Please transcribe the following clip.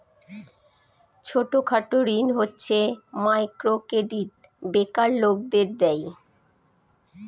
ছোট খাটো ঋণ হচ্ছে মাইক্রো ক্রেডিট বেকার লোকদের দেয়